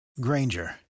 Granger